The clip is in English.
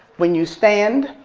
when you stand,